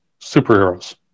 superheroes